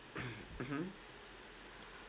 mmhmm